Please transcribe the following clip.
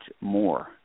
more